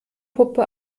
puppe